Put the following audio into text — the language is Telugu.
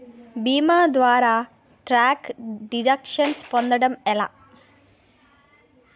భీమా ద్వారా టాక్స్ డిడక్షన్ పొందటం ఎలా?